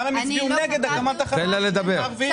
למה הם הצביעו נגד הקמת תחנות בערים ערביות ב-2018?